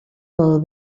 pel